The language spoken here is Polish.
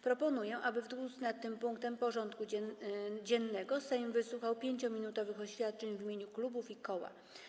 Proponuję, aby w dyskusji nad tym punktem porządku dziennego Sejm wysłuchał 5-minutowych oświadczeń w imieniu klubów i koła.